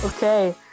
Okay